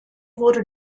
wurde